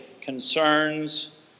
concerns